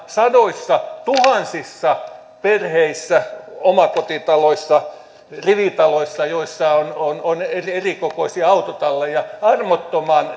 sadoissatuhansissa perheissä omakotitaloissa rivitaloissa joissa on on erikokoisia autotalleja armottoman